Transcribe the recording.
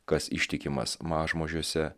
kas ištikimas mažmožiuose